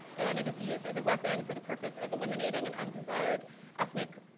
and it is used as weapon for the purpose of eliminating an undesired ethic,